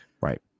Right